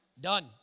done